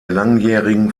langjährigen